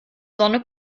sonne